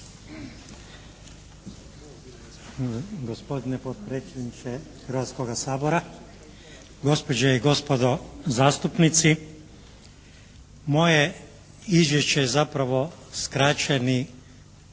Gospodine potpredsjedniče Hrvatskoga sabora, gospođe i gospodo zastupnici. Moje izvješće je zapravo skraćeni